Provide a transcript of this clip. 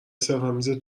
سحرآمیز